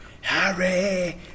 Harry